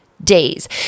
Days